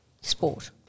sport